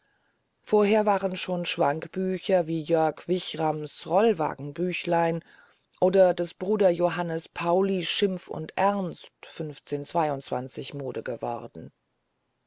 vorher waren schon schwankbücher wie jörg wickrams rollwagenbüchlein oder des bruders johannes pauli schimpf und ernst mode geworden